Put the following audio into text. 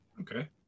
Okay